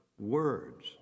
words